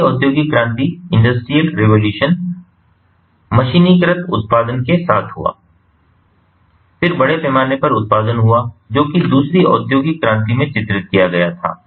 तो पहली औद्योगिक क्रांति मशीनीकृत उत्पादन के साथ हुई फिर बड़े पैमाने पर उत्पादन हुआ जो कि दूसरी औद्योगिक क्रांति में चित्रित किया गया था